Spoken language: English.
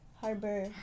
Harbor